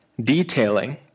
detailing